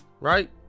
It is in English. right